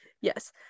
yes